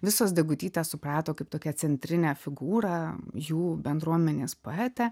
visos degutytę suprato kaip tokią centrinę figūrą jų bendruomenės poetę